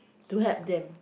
to help them